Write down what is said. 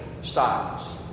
styles